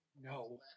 No